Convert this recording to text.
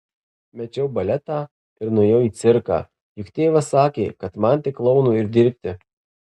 mečiau baletą ir nuėjau į cirką juk tėvas sakė kad man tik klounu ir dirbti